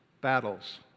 Battles